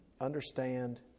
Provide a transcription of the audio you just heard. understand